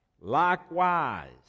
Likewise